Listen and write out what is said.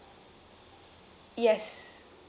yes